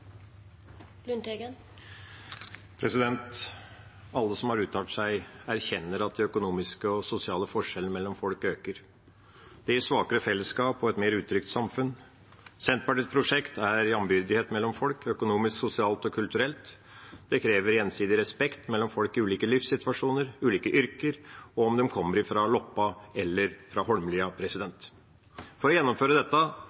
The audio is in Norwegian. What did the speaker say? ulikhet. Alle som har uttalt seg, erkjenner at de økonomiske og sosiale forskjellene mellom folk øker. Det gir svakere fellesskap og et mer utrygt samfunn. Senterpartiets prosjekt er jambyrdighet mellom folk – økonomisk, sosialt og kulturelt. Det krever gjensidig respekt mellom folk i ulike livssituasjoner og ulike yrker, uansett om de kommer fra Loppa eller Holmlia. For å gjennomføre dette